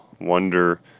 wonder